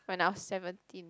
when I was seventeen